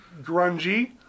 Grungy